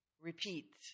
repeat